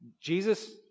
Jesus